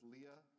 Leah